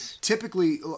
typically